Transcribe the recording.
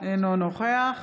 אינו נוכח